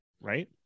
Right